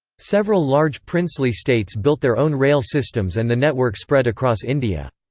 several large princely states built their own rail systems and the network spread across india.